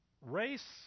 race